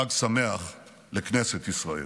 חג שמח לכנסת ישראל.